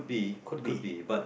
could be